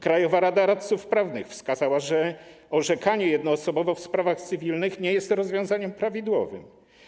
Krajowa Rada Radców Prawnych wskazała, że orzekanie jednoosobowo w sprawach cywilnych nie jest rozwiązaniem prawidłowym.